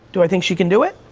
do i think she can do it?